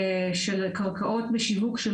קרקעות בשיווק של